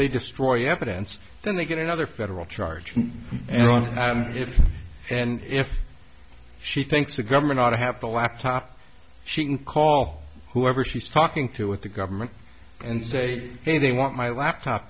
they destroy evidence then they get another federal charge and on it and if she thinks the government ought to have the laptop she can call whoever she's talking to with the government and say hey they want my laptop